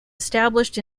established